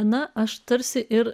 ana aš tarsi ir